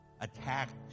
attacked